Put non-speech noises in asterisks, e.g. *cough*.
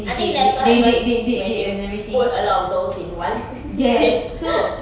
I think that's what happens when you put a lot of girls in one *laughs* place *laughs*